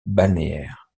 balnéaire